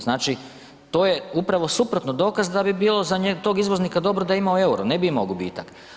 Znači, to je upravo suprotno dokaz da bi bilo za tog izvoznika dobro da ima u euro, ne bi imao gubitak.